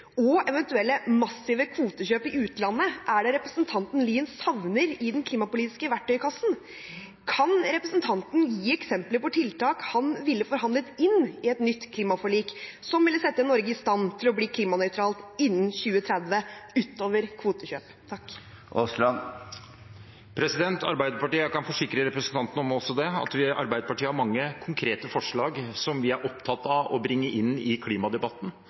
og eventuelle massive kvotekjøp i utlandet er det representanten Aasland savner i den klimapolitiske verktøykassen? Kan representanten gi eksempler på tiltak han ville forhandlet inn i et nytt klimaforlik, som ville sette Norge i stand til å bli klimanøytralt innen 2030 – utover kvotekjøp? Jeg kan forsikre representanten om at Arbeiderpartiet har mange konkrete forslag som vi er opptatt av å bringe inn i klimadebatten.